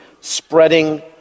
spreading